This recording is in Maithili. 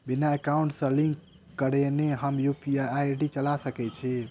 बिना एकाउंट सँ लिंक करौने हम यु.पी.आई चला सकैत छी?